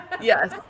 Yes